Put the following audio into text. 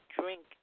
drink